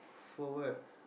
for what